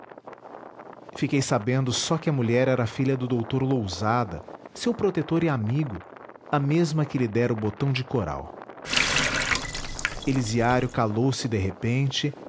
fiquei sabendo só que a mulher era filha do dr lousada seu protetor e amigo a mesma que lhe dera o botão de coral elisiário calou-se de repente